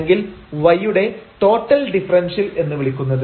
അല്ലെങ്കിൽ y യുടെ total differential എന്ന് വിളിക്കുന്നത്